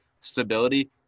stability